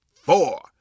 four